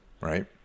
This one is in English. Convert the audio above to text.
right